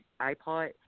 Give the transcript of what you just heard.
iPod